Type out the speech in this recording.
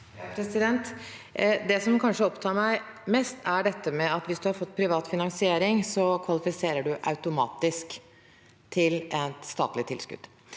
Det som kanskje opptar meg mest, er at hvis man har fått privat finansiering, så kvalifiserer man automatisk til et statlig tilskudd.